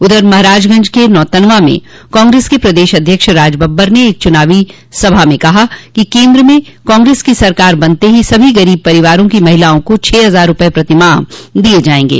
उधर महराजगंज के नौतनवां में कांग्रेस के प्रदेश अध्यक्ष राज बब्बर ने एक चुनावी सभा में कहा कि केन्द्र में कांग्रेस की सरकार बनते ही सभी गरीब परिवार की महिलाओं को छह हजार रूपये प्रतिमाह दिये जायेंगे